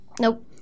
Nope